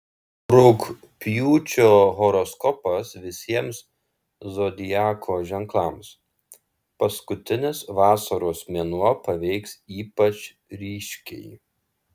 rugpjūčio horoskopas visiems zodiako ženklams paskutinis vasaros mėnuo paveiks ypač ryškiai